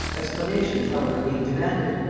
explanations however being demanded,